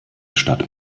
stadt